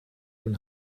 nun